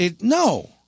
No